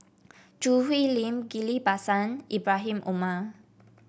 Choo Hwee Lim Ghillie Basan Ibrahim Omar